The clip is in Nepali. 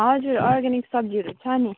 हजुर अर्ग्यानिक सब्जीहरू छ नि